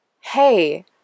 hey